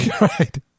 Right